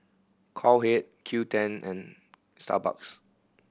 Cowhead Qoo Ten and Starbucks